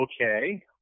okay